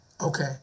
Okay